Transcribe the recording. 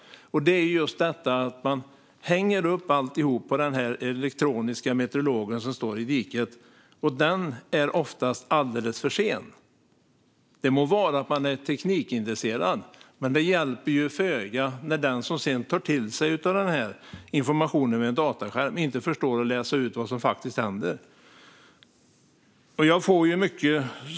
Man hänger upp alltihop på den elektroniska meteorologen som står i diket. Den är oftast alldeles för sen. Det må vara att man är teknikintresserad. Men det hjälper föga när den som sedan tar till sig informationen vid en dataskärm inte förstår att läsa ut vad som faktiskt händer.